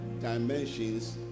dimensions